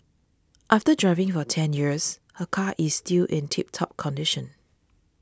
after driving for ten years her car is still in tip top condition